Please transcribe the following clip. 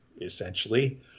essentially